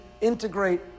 integrate